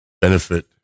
benefit